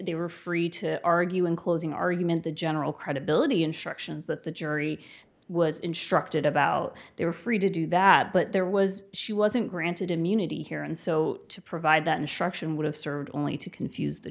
they were free to argue in closing argument the general credibility instructions that the jury was instructed about they were free to do that but there was she wasn't granted immunity here and so to provide that instruction would have served only to confuse the